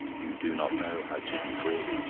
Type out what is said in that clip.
you do not know how to be free.